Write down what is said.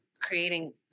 creating